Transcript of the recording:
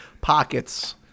pockets